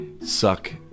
suck